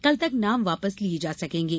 कल तक नाम वापस लिए जा सकेंगे